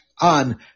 on